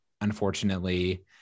Unfortunately